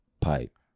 Pipe